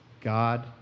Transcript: God